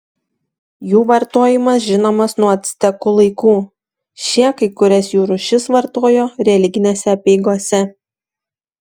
jų vartojimas žinomas nuo actekų laikų šie kai kurias jų rūšis vartojo religinėse apeigose